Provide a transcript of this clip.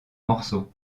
morceaux